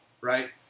right